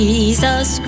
Jesus